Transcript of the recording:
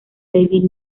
david